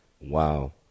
Wow